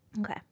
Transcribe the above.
okay